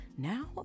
Now